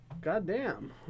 Goddamn